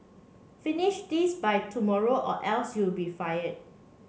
finish this by tomorrow or else you'll be fired